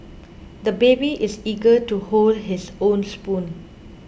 the baby is eager to hold his own spoon